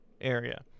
area